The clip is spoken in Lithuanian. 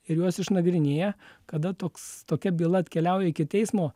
ir juos išnagrinėja kada toks tokia byla atkeliauja iki teismo